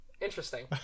Interesting